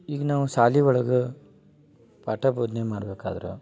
ಈಗ ನಾವು ಶಾಲಿ ಒಳಗೆ ಪಾಠ ಬೋಧ್ನೆ ಮಾಡ್ಬೇಕಾದ್ರೆ